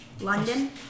London